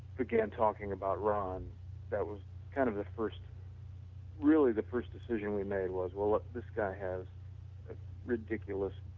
began talking about ron that was kind of the first really the first decision we made was, well this guy has ridiculous